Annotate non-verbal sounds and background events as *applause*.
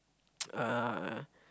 *noise* uh